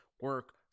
Work